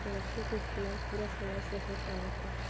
लकड़ी के इस्तमाल पुरान समय से होत आवता